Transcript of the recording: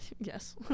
Yes